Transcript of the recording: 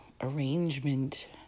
arrangement